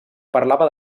parlava